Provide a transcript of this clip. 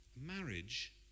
Marriage